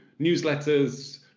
newsletters